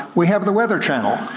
we have the weather channel.